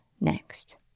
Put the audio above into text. next